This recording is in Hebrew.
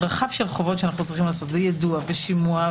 רחב של חובות שאנו צריכים לעשות יידוע ושימוע.